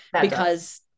because-